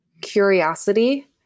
curiosity